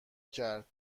کرد